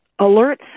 alerts